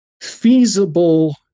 feasible